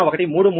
01332 1